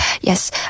Yes